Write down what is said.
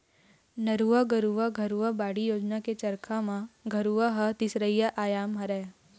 नरूवा, गरूवा, घुरूवा, बाड़ी योजना के चरचा म घुरूवा ह तीसरइया आयाम हरय